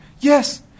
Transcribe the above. Yes